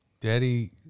Daddy